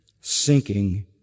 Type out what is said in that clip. sinking